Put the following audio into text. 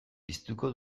piztuko